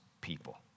people